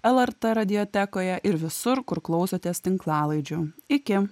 lrt radiotekoje ir visur kur klausotės tinklalaidžių iki